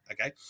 okay